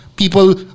People